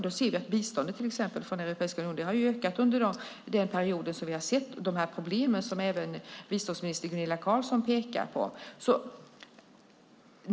Vi ser till exempel att biståndet från Europeiska unionen har ökat under den period som problemen har förekommit, vilket även biståndsminister Gunilla Carlsson pekar på.